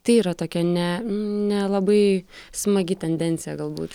tai yra tokia ne nelabai smagi tendencija galbūt